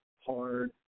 hard